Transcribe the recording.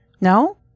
No